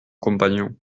compagnon